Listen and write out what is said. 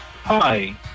Hi